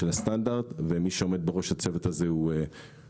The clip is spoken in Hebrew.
של הסטנדרט ומי שעומד בראש הצוות הזה הוא איש